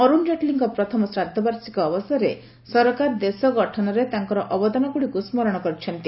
ଅରୁଣ ଜେଟ୍ଲୀଙ୍କ ପ୍ରଥମ ଶ୍ରାଦ୍ଧବାର୍ଷିକ ଅବସରରେ ସରକାର ଦେଶଗଠନରେ ତାଙ୍କର ଅବଦାନ ଗୁଡ଼ିକୁ ସ୍କରଣ କରିଛନ୍ତି